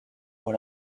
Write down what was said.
pour